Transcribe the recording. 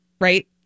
right